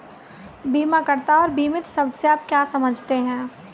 बीमाकर्ता और बीमित शब्द से आप क्या समझते हैं?